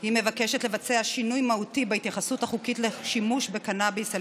היא מבקשת לבצע שינוי מהותי בהתייחסות החוקית לשימוש בקנביס על